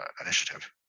initiative